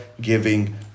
giving